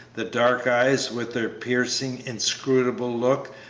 the dark eyes with their piercing, inscrutable look,